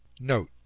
Note